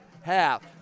half